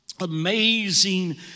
amazing